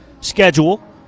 schedule